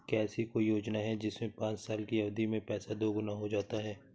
क्या ऐसी कोई योजना है जिसमें पाँच साल की अवधि में पैसा दोगुना हो जाता है?